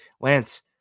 Lance